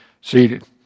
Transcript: seated